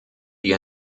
die